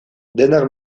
denak